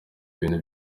ibintu